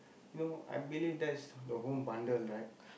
you know I believe that's the home bundle right